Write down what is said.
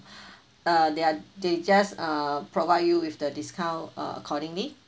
uh they are they just uh provide you with the discount uh accordingly